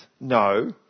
No